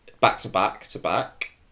back-to-back-to-back